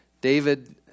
David